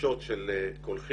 הגלישות של קולחין.